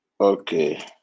Okay